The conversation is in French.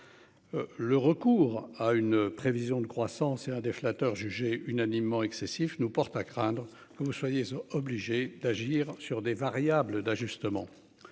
Le recours à une prévision de croissance et un des flatteurs jugée unanimement excessif nous portes à craindre que vous soyez obligé d'agir sur des variables d'ajustement.